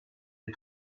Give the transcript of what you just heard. des